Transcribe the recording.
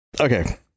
Okay